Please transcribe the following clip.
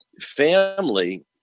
family